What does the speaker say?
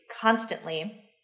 constantly